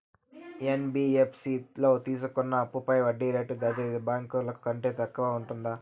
NBFC లో తీసుకున్న అప్పుపై వడ్డీ రేటు జాతీయ బ్యాంకు ల కంటే తక్కువ ఉంటుందా?